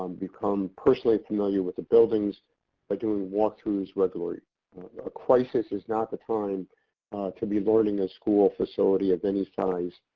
become personally familiar with the buildings by doing walkthroughs regularly. a crisis is not the time to be learning a school facility of any size,